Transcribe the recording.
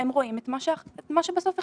הם רואים את מה שבסוף החליטו,